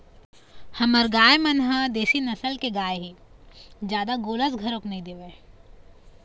हमर गाय मन ह देशी नसल के गाय हे जादा गोरस घलोक नइ देवय